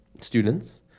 students